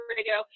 Radio